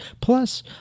Plus